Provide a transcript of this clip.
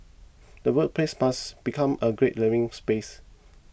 the workplace must become a great learning space